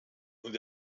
und